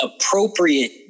appropriate